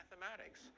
mathematics